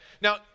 Now